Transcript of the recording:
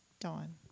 Dawn